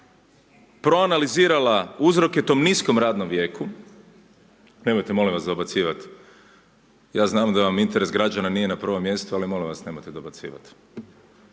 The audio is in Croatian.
proanalizirala uzroke tom niskom radnom vijeku. Nemojte molim vas dobacivat, ja znam da vam interes građana nije na prvom mjestu, ali molim vas nemojte dobacivat.